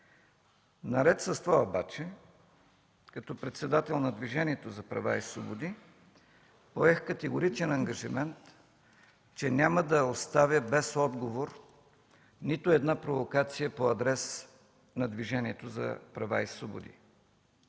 Наред с това обаче като председател на Движението за права и свободи поех категоричен ангажимент, че няма да оставя без отговор нито една провокация по адрес на Движението за права и свободи.